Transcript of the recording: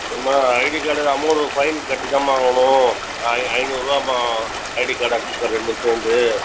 அம்மா ID card amount fine கட்டி தான்ம்மா வாங்கணும் ஐந்நூறுபாம்மா ஐடி கார்டு அக்ஸஸ் கார்டு ரெண்டும் சேர்ந்து